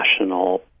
national